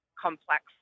complex